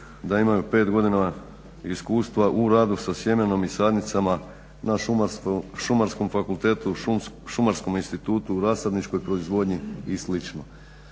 da imaju 5 godina iskustva u rada sa sjemenom i sadnicama na Šumarskom fakultetu, Šumarskom institutu, u rasadničkoj proizvodnji i